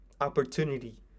opportunity